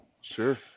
Sure